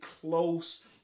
close